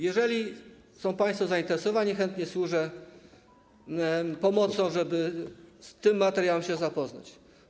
Jeżeli są państwo zainteresowani, chętnie służę pomocą, żeby z tym materiałem się zapoznać.